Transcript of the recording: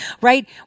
right